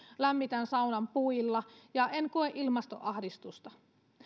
lämmitän saunan puilla ja en koe ilmastoahdistusta